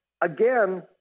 again